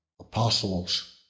apostles